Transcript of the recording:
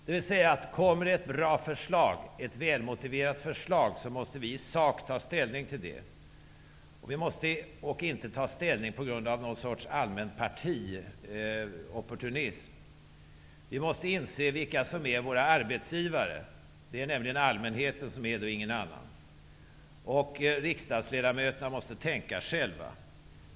Om det kommer ett bra och välmotiverat förslag, måste vi alltså ta ställning till det i sak, och inte ta ställning på grund av någon sorts allmän partiopportunism. Vi måste inse vilka som är våra arbetsgivare -- det är nämligen allmänheten, och ingen annan. Riksdagsledamöterna måste tänka själva.